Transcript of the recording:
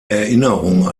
erinnerung